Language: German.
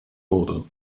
wurde